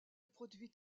produit